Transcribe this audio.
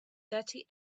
thirty